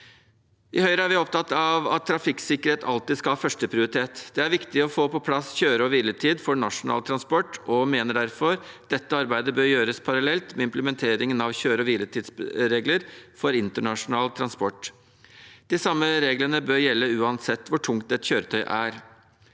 I Høyre er vi opptatt av at trafikksikkerhet alltid skal ha førsteprioritet. Det er viktig å få på plass kjøre- og hviletid for nasjonal transport, og vi mener derfor dette arbeidet bør gjøres parallelt med implementeringen av kjøre- og hviletidsregler for internasjonal transport. De samme reglene bør gjelde uansett hvor tungt et kjøretøy er.